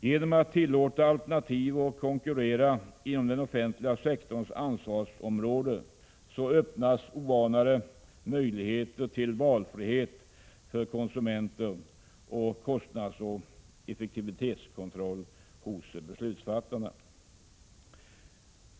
Genom att tillåta alternativ och konkurrens inom den offentliga sektorns ansvarsområde öppnar man oanade möjligheter till valfrihet för konsumenter och kostnadsoch effektivitetskontroll hos beslutsfattarna.